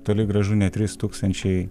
toli gražu ne trys tūkstančiai